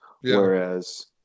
Whereas